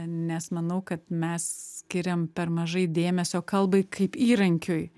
nes manau kad mes skiriam per mažai dėmesio kalbai kaip įrankiui